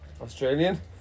Australian